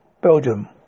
Belgium